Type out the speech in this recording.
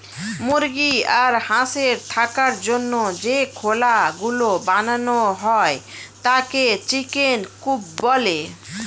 মুরগি আর হাঁসের থাকার জন্য যে খোলা গুলো বানানো হয় তাকে চিকেন কূপ বলে